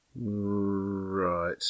right